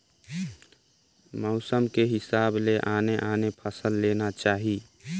मउसम के हिसाब ले आने आने फसल लेना चाही